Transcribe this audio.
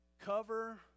cover